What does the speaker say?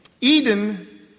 Eden